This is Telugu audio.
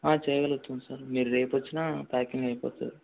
చేయగలుగుతాం సార్ మీరు రేపు వచ్చినా ప్యాకింగ్ అయిపోతుంది